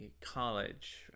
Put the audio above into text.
college